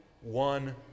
one